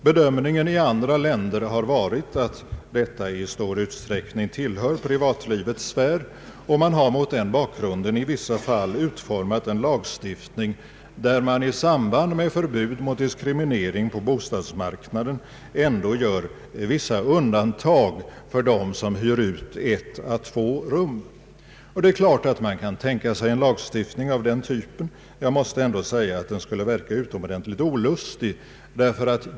Bedömningen i andra länder har varit att detta i stor utsträckning tillhör privatlivets sfär. Man har mot den bakgrunden i vissa fall utformat en lagstiftning där man i samband med förbud mot diskriminering på bostadsmarknaden ändå gör vissa undantag för dem som hyr ut ett å två rum. Det är klart att man även hos oss kan tänka sig en lagstiftning av den typen, men jag måste säga att den skulle verka utomordentligt olustig.